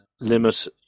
limit